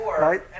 Right